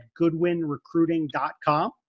goodwinrecruiting.com